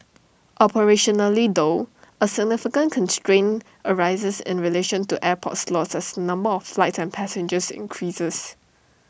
operationally though A significant constraint arises in relation to airport slots as number of flights and passengers increases